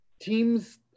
teams